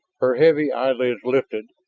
her heavy eyelids lifted,